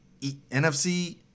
NFC